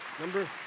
Number